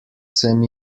sem